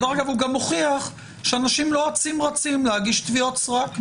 הוא גם מוכיח שאנשים לא אצים להגיש תביעות סרק.